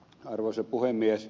arvoisa puhemies